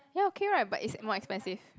ya okay right but is more expensive